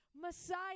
Messiah